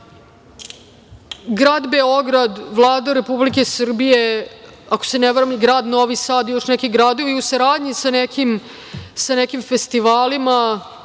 Beograd, Vlada Republike Srbije, ako se ne varam i grad Novi Sad i još neki gradovi u saradnji sa nekim festivalima